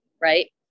right